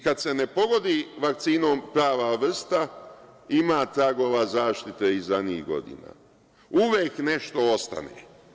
Kada se ne pogodi vakcinom prava vrsta, ima tragove zaštite zadnjih godina, uvek nešto ostane.